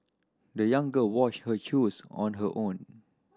the young girl washed her shoes on her own